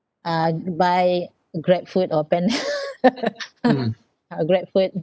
uh buy GrabFood or panda ah GrabFood